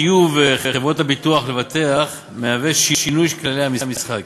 חיוב חברות הביטוח לבטח מהווה שינוי של כללי המשחק